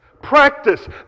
Practice